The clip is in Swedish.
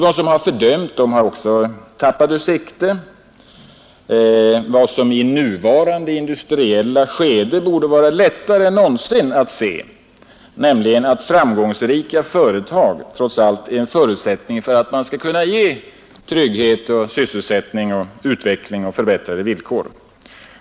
De som har fördömt har också förlorat ur sikte vad som i nuvarande industriella skede borde vara lättare än någonsin att se nämligen att framgångsrika företag trots allt är en förutsättning för att man skall kunna ge trygghet, sysselsättning, utveckling och förbättrade villkor.